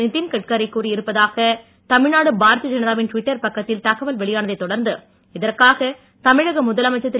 நிதின் கட்காரி கூறியிருப்பதாக தமிழ்நாடு பாரதீய ஜனதாவின் ட்விட்டர் பக்கத்தில் தகவல் வெளியானதைத் தொடர்ந்து இதற்காக தமிழக முதலமைச்சர் திரு